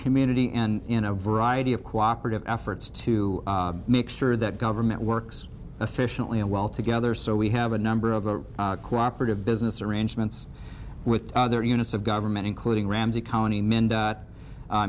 community and in a variety of cooperative efforts to make sure that government works efficiently and well together so we have a number of a cooperative business arrangements with other units of government including ramsey county m